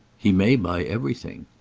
he may buy everything.